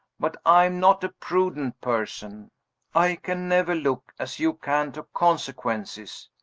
but i am not a prudent person i can never look, as you can, to consequences.